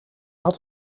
had